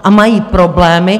A mají problémy.